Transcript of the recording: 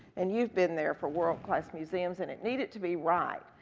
and you've been there for world class museums, and it needed to be right,